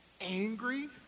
angry